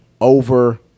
Over